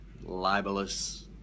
libelous